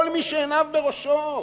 כל מי שעיניו בראשו,